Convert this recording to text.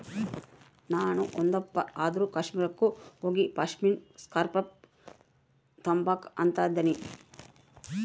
ನಾಣು ಒಂದಪ್ಪ ಆದ್ರೂ ಕಾಶ್ಮೀರುಕ್ಕ ಹೋಗಿಪಾಶ್ಮಿನಾ ಸ್ಕಾರ್ಪ್ನ ತಾಂಬಕು ಅಂತದನಿ